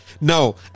No